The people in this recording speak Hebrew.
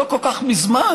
לא כל כך מזמן,